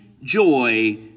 joy